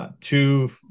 Two